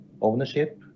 ownership